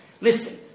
listen